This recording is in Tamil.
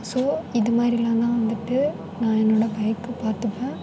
ஸோ இது மாதிரிலாம் தான் வந்துட்டு நான் என்னோடய பைக்கை பார்த்துப்பேன்